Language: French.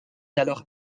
alors